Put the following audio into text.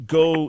go